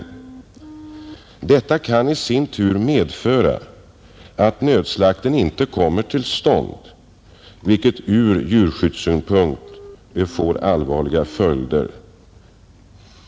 Detta kan i sin tur medföra att nödslakten inte kommer till stånd, vilket ur djurskyddssynpunkt får allvarliga följder.